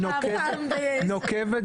אתה לא חושב שפתרון